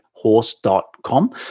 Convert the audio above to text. horse.com